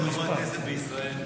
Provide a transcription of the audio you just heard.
חברת כנסת בישראל.